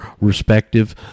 respective